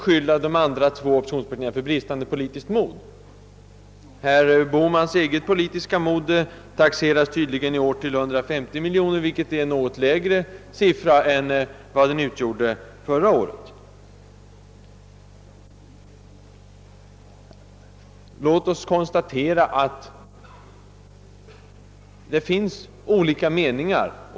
Herr Bohmans eget politiska mod taxeras tydligen i år till 150 miljoner, vilket är ett något lägre belopp än förra året. Låt oss konstatera att det finns olika meningar!